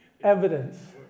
Evidence